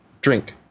drink